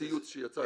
הציוץ שיצא אתמול.